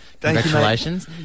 congratulations